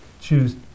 choose